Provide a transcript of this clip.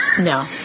no